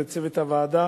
ולצוות הוועדה